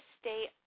stay